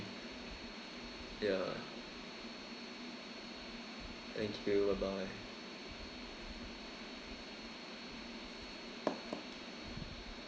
ya thank you bye bye